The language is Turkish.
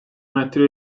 metre